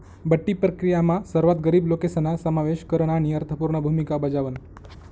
बठ्ठी प्रक्रीयामा सर्वात गरीब लोकेसना समावेश करन आणि अर्थपूर्ण भूमिका बजावण